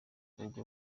ubwo